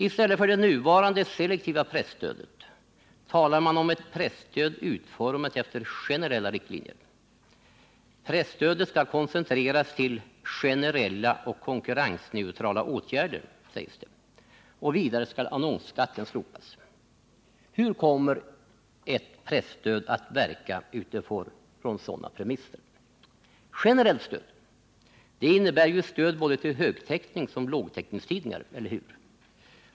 I stället för det nuvarande selektiva presstödet talar man om ett presstöd utformat efter generella riktlinjer. Presstödet skall koncentreras till generella och konkurrensneutrala åtgärder, sägs det. Vidare skall annonsskatten slopas. Hur kommer ett presstöd att verka utifrån sådana premisser? Generellt stöd innebär ju stöd både till högtäckningsoch lågtäckningstidningar — eller hur?